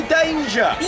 danger